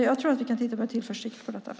Jag tror att vi med tillförsikt kan se detta an.